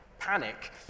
Panic